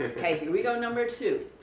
ok. here we go number two.